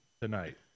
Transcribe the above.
tonight